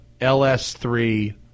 LS3